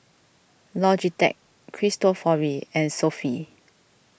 Logitech Cristofori and Sofy